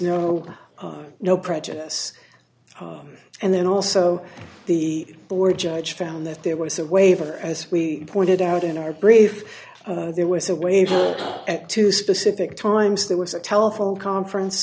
no oh no prejudice and then also the board judge found that there was a waiver as we pointed out in our brief there was a waiver at two specific times there was a telephone conference